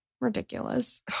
ridiculous